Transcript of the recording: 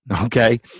okay